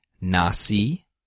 nasi